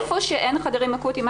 איפה שאין חדרים אקוטיים,